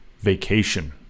vacation